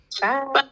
Bye